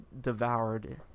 devoured